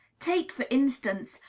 take, for instance,